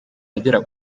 ahagera